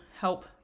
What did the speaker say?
help